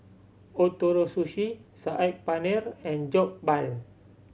Ootoro Sushi Saag Paneer and Jokbal